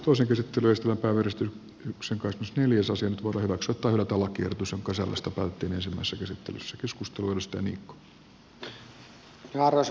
osa käsittelystä veresti hyks neljäsosan murrokset painottuva kyyditys onko se ostokorttiin ensimmäiset esittelyssä arvoisa puhemies